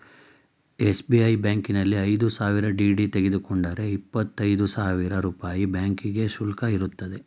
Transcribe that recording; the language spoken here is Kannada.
ಎಸ್.ಬಿ.ಐ ಬ್ಯಾಂಕಿನಲ್ಲಿ ಐದು ಸಾವಿರ ಡಿ.ಡಿ ತೆಗೆದುಕೊಂಡರೆ ಇಪ್ಪತ್ತಾ ಐದು ರೂಪಾಯಿ ಬ್ಯಾಂಕಿಂಗ್ ಶುಲ್ಕ ಇರುತ್ತದೆ